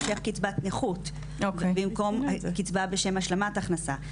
מקבל קצבת נכות, במקום קצבה בשם השלמת הכנסה.